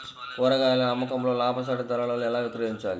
కూరగాయాల అమ్మకంలో లాభసాటి ధరలలో ఎలా విక్రయించాలి?